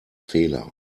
fehler